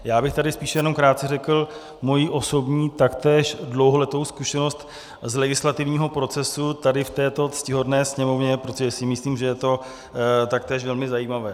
Já bych tady spíše jen krátce řekl svoji osobní taktéž dlouholetou zkušenost z legislativního procesu tady v této ctihodné Sněmovně, protože si myslím, že je to taktéž velmi zajímavé.